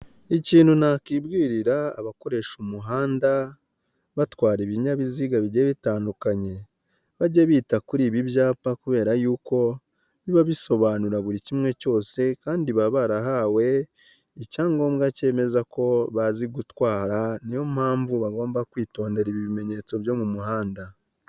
Ikintu akwibwirira abakoresha umuhanda, batwara ibinyabiziga bigiye bitandukanye, bajye bita kuri ibi byapa kubera yuko biba bisobanura buri kimwe cyose kandi baba barahawe icyangombwa cyemeza ko bazi gutwara, niyo mpamvu bagomba kwitondera ibimenyetso byo mu muhanda.